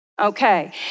Okay